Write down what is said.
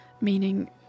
meaning